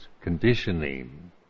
conditioning